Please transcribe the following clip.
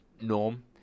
norm